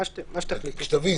מה שתחליטו.